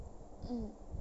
mm